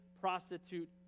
prostitute